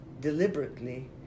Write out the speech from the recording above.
deliberately